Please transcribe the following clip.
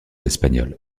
espagnoles